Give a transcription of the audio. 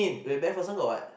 wait MacPherson got what